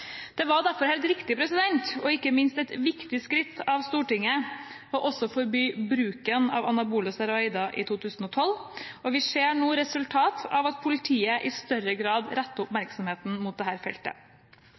Det var derfor helt riktig og ikke minst et viktig skritt av Stortinget å forby bruken av anabole steroider i 2012. Vi ser nå resultater av at politiet i større grad